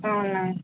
అవునా